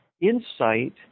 insight